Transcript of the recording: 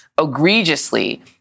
egregiously